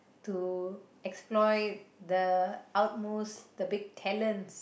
to explore the utmost the big talent